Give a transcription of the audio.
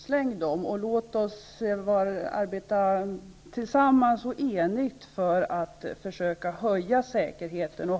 Släng dem och låt oss arbeta tillsammans och enigt för att försöka höja säkerheten!